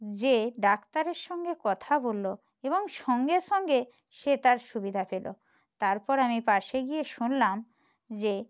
যে ডাক্তারের সঙ্গে কথা বললো এবং সঙ্গে সঙ্গে সে তার সুবিধা পেলো তারপর আমি পাশে গিয়ে শুনলাম যে